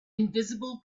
invisible